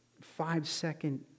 five-second